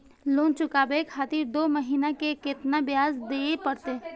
Loan चुकाबे खातिर दो महीना के केतना ब्याज दिये परतें?